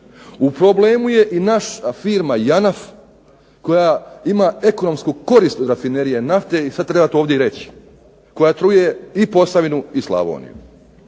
U problemu je i naša firma "JANAF" koja ima ekonomsku korist od rafinerije nafte i sad treba to ovdje i reći koja truje i Posavinu i Slavoniju.